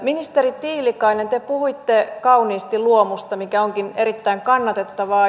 ministeri tiilikainen te puhuitte kauniisti luomusta mikä onkin erittäin kannatettavaa